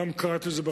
פעם קראתי לזה,